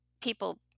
people